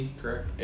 correct